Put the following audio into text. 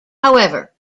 however